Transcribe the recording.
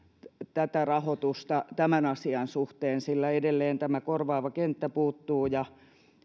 tätä rahoitusta tämän asian suhteen sillä edelleen tämä korvaava kenttä puuttuu ja